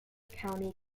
county